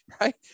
Right